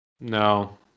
No